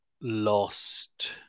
lost